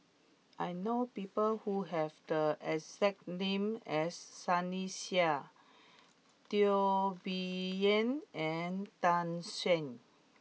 I know people who have the exact name as Sunny Sia Teo Bee Yen and Tan Shen